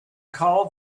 call